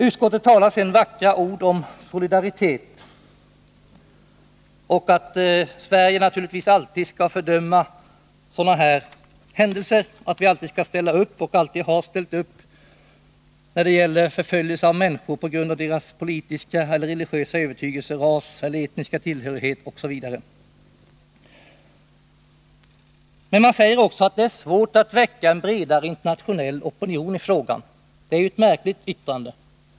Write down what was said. Utskottet talar sedan vackra ord om solidaritet och om att Sverige naturligtvis alltid skall fördöma sådana här händelser, att vi alltid har ställt upp och alltid skall ställa upp när det gäller förföljelse av människor på grund av deras politiska eller religiösa övertygelse, deras ras eller etniska tillhörighet osv. Men man säger också att det är svårt att väcka en bredare internationell opinion i frågan. Det är ett märkligt yttrande.